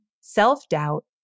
self-doubt